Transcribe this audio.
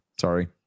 Sorry